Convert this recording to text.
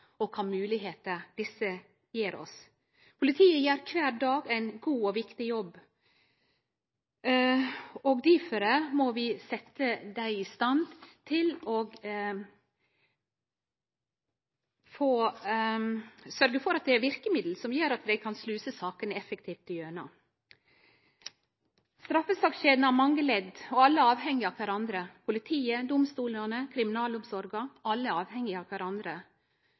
og kva for moglegheiter desse gjev oss. Politiet gjer kvar dag ein god og viktig jobb, og difor må vi sørgje for at dei har verkemiddel som gjer at dei kan sluse sakane effektivt gjennom. Straffesakskjeda har mange ledd, og alle er avhengige av kvarandre. Politiet, domstolane, kriminalomsorga – alle er dei avhengige av kvarandre.